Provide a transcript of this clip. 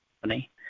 company